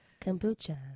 kombucha